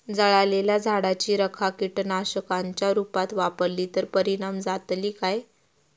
जळालेल्या झाडाची रखा कीटकनाशकांच्या रुपात वापरली तर परिणाम जातली काय?